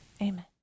amen